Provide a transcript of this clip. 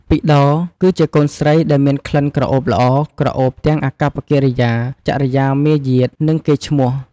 ពិដោរ គឺជាកូនស្រីដែលមានក្លិនក្រអូបល្អ ក្រអូបទាំងអាកប្បកិរិយា ចរិយាមារយាទ និងកេរ្តិ៍ឈ្នោះ។